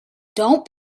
don’t